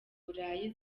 burayi